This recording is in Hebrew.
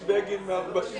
הם פועלים בכיסויים